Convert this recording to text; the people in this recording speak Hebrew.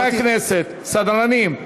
אמרתי, חברי הכנסת, סדרנים,